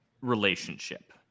relationship